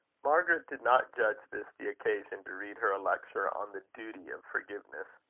margaret did not judge this the occasion to read her a lecture on the duty of forgiveness.